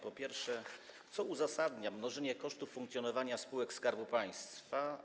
Po pierwsze, co uzasadnia mnożenie kosztów funkcjonowania spółek Skarbu Państwa?